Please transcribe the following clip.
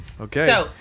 Okay